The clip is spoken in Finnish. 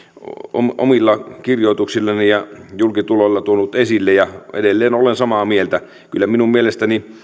omilla kirjoituksillani ja julkituloillani tuonut esille ja edelleen olen samaa mieltä kyllä minun mielestäni